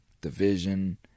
division